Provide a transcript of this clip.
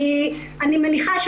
אני מניחה,